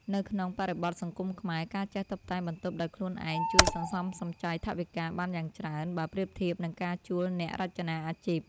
នៅក្នុងបរិបទសង្គមខ្មែរ ការចេះតុបតែងបន្ទប់ដោយខ្លួនឯងជួយសន្សំសំចៃថវិកាបានយ៉ាងច្រើន បើប្រៀបធៀបនឹងការជួលអ្នករចនាអាជីព។